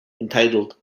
entitled